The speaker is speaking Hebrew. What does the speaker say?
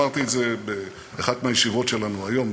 וגם אמרתי את זה באחת מהישיבות שלנו היום,